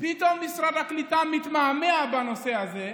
פתאום משרד הקליטה מתמהמה בנושא הזה.